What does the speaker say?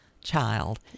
child